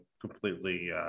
completely